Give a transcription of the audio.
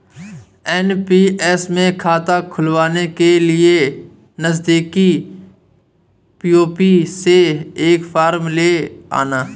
NPS में खाता खुलवाने के लिए नजदीकी पी.ओ.पी से एक फॉर्म ले आना